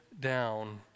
down